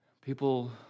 people